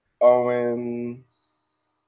owens